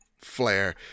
flare